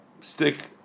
stick